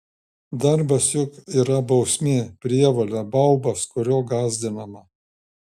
darbas juk yra bausmė prievolė baubas kuriuo gąsdinama